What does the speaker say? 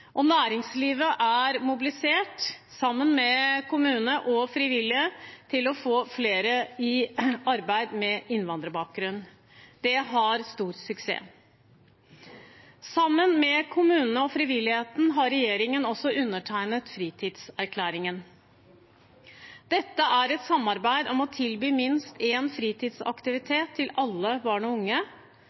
ferieturer. Næringslivet er mobilisert, sammen med kommune og frivillige, for å få flere med innvandrerbakgrunn i arbeid. Det har vært en stor suksess. Sammen med kommunene og frivilligheten har regjeringen også undertegnet Fritidserklæringen. Dette er et samarbeid om å tilby minst én fritidsaktivitet til alle barn og unge.